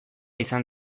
izan